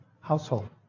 household